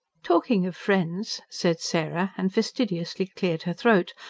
talking of friends, said sarah, and fastidiously cleared her throat.